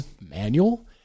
manual